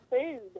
food